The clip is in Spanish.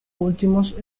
últimos